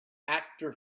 actor